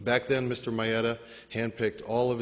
back then mr my edda handpicked all of